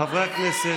באמת, כמה רוע.